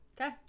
Okay